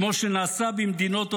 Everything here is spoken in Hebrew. כמו שנעשה במדינות טוטליטריות.